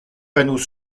panneau